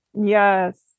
Yes